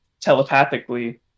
telepathically